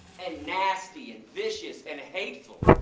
and nasty and vicious and hateful,